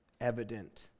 evident